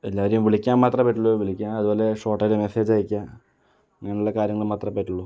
എല്ലാവരെയും വിളിക്കാൻ മാത്രമേ പറ്റുള്ളൂ വിളിക്കാം അതുപോലെ ഷോർട്ടായിട്ട് മെസ്സേജ് അയക്കാം അങ്ങനെയുള്ള കാര്യങ്ങൾ മാത്രമേ പറ്റുള്ളൂ